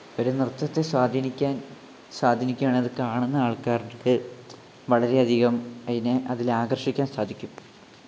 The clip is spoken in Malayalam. ഒരു നൃത്തത്തെ സ്വാധീനിക്കാൻ സ്വാധീനിക്കാണ് അത് കാണുന്ന ആൾക്കാർക്ക് വളരെയധികം അതിനെ അതിലാകർഷിക്കാൻ സാധിക്കും